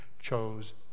chose